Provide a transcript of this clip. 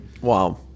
Wow